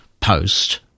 post